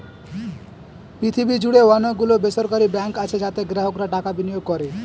পৃথিবী জুড়ে অনেক গুলো বেসরকারি ব্যাঙ্ক আছে যাতে গ্রাহকরা টাকা বিনিয়োগ করে